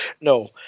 No